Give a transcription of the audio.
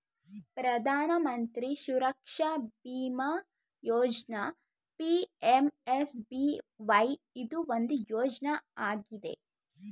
ಪ್ರಧಾನ ಮಂತ್ರಿ ಸುರಕ್ಷಾ ಬಿಮಾ ಯೋಜ್ನ ಪಿ.ಎಂ.ಎಸ್.ಬಿ.ವೈ ಇದು ಒಂದು ಯೋಜ್ನ ಆಗಿದೆ